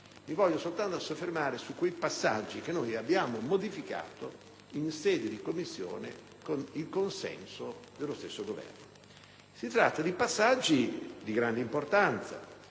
Desidero soltanto soffermarmi su quei passaggi che abbiamo modificato in Commissione, con il consenso dello stesso Governo. Si tratta di aspetti di grande importanza,